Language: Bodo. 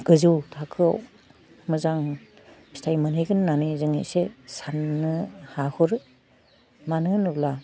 गोजौ थाखोयाव मोजां फिथाइ मोनहैगोन होन्नानै जों इसे सान्नो हाहरो मानो होनोब्ला